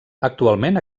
actualment